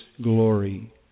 glory